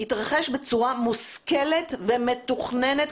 יתרחש בצורה מושכלת ומתוכננת,